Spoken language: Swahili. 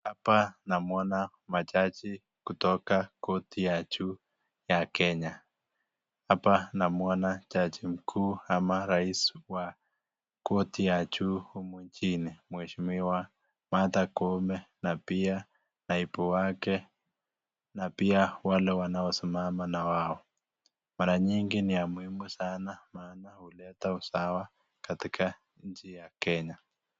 Hapa namuona majaji kutoka korti ya juu ya Kenya. Hapa namuona jaji mkuu ama rais wa korti ya juu humu nchini, mheshimiwa Martha Koome na pia naibu wake na pia wale wanaosimama na wao. Mara nyingi ni ya muhimu sana maana huleta usawa katika nchi ya Kenya.